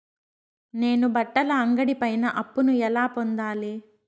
నేను బట్టల అంగడి పైన అప్పును ఎలా పొందాలి?